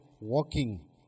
walking